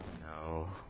No